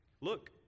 Look